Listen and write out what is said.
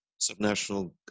subnational